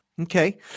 Okay